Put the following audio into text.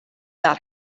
daar